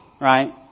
right